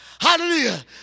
Hallelujah